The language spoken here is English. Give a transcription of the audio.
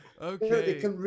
Okay